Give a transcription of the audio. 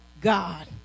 God